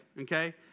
okay